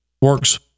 Works